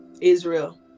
Israel